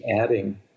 adding